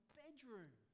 bedroom